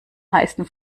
heißen